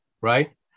Right